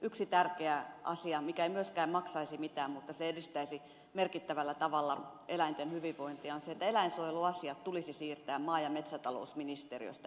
yksi tärkeä asia mikä ei myöskään maksaisi mitään mutta edis täisi merkittävällä tavalla eläinten hyvinvointia on se että eläinsuojeluasiat siirrettäisiin maa ja metsätalousministeriöstä ympäristöministeriöön